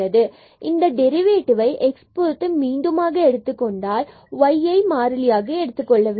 நாம் இந்த டெரிவேட்டிவ்ஐ x பொறுத்து மீண்டுமாக எடுத்துக்கொண்டால் y யை மாறிலியாக எடுத்துக் கொள்ள வேண்டும்